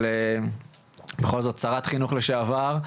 אבל בכל זאת שרת חינוך לשעבר,